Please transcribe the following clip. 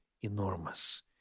enormous